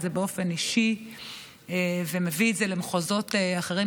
זה באופן אישי ומביא את זה למחוזות אחרים,